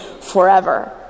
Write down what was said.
forever